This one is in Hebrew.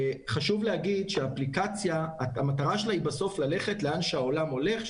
חשוב להגיד שמטרתה של האפליקציה זה בסוף ללכת לאן שהעולם הולך,